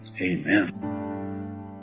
amen